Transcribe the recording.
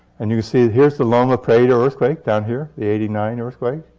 and you see, here's the loma prieta earthquake down here the eighty nine earthquake.